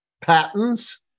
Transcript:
patents